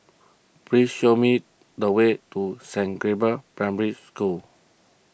please show me the way to Saint Gabriel's Primary School